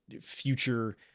future